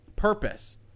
purpose